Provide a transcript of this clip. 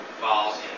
falls